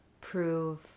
prove